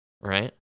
right